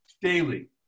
daily